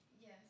Yes